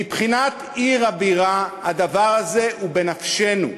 מבחינת עיר הבירה, הדבר הזה הוא בנפשנו.